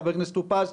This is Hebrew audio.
חבר הכנסת טור פז,